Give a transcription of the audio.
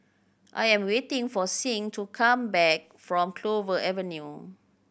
I am waiting for Sing to come back from Clover Avenue